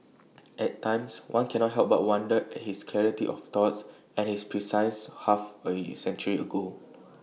at times one cannot help but wonder at his clarity of thought and his precise half A E century ago